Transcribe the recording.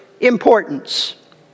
importance